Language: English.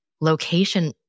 location